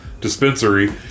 dispensary